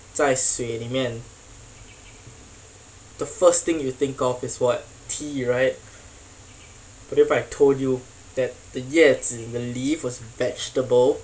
在水里面 the first thing you think of is what tea right but if I told you that the 叶子 the leaf was vegetable